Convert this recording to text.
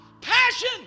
Passion